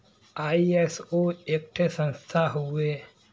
ISO एक ठे संस्था हउवे